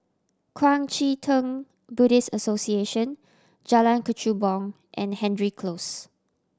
Kuang Chee Tng Buddhist Association Jalan Kechubong and Hendry Close